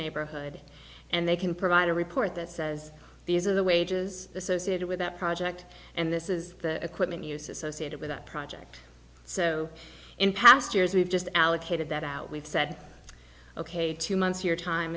neighborhood and they can provide a report that says these are the wages associated with that project and this is the equipment use associated with that project so in past years we've just allocated that out we've said ok two months your time